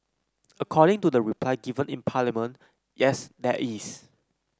according to the reply given in Parliament yes there is